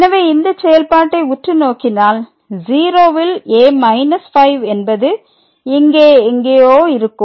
எனவே இந்த செயல்பாட்டை உற்று நோக்கினால் 0ல் a 5 என்பது இங்கே எங்கேயோ இருக்கும்